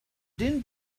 din